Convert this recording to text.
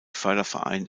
förderverein